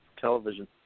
television